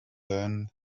learn